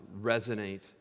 resonate